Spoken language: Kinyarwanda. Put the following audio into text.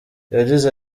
yagize